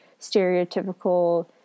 stereotypical